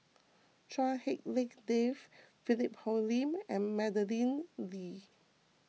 Chua Hak Lien Dave Philip Hoalim and Madeleine Lee